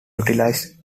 utilized